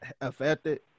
affected